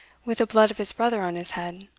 with the blood of his brother on his head.